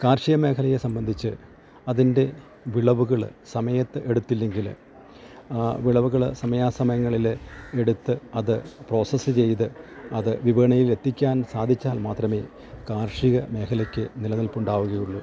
കാർഷിക മേഖലയെ സംബന്ധിച്ച് അതിൻ്റെ വിളവുകള് സമയത്ത് എടുത്തില്ലെങ്കിൽ ആ വിളവുകള് സമയാ സമയങ്ങളില് എടുത്ത് അത് പ്രോസസ് ചെയ്ത് അത് വിപണയിലെത്തിക്കാൻ സാധിച്ചാൽ മാത്രമേ കാർഷിക മേഖലക്ക് നിലനിൽപ്പുണ്ടാവുകയുള്ളൂ